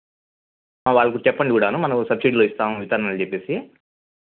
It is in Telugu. వాళ్ళకు చెప్పండి కూడా మనం సబ్సిడీలో ఇస్తాం విత్తనాలు అని చెప్పి